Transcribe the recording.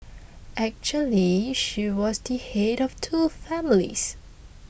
actually she was the head of two families